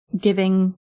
giving